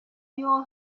your